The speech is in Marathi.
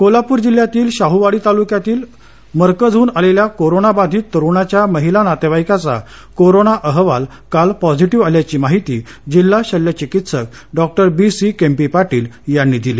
कोल्हापूर जिल्ह्यातील शाहवाडी तालुक्यातील मरकजहन आलेल्या कोरोना बाधित तरुणाच्या महिला नातेवाईकाचा कोरोना अहवाल काल पॉझीटिव्ह आल्याची माहिती जिल्हा शल्यचिकित्सक डॉ बी सी केम्पी पाटील यांनी दिली